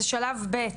זה שלב ב',